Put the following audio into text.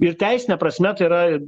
ir teisine prasme tai yra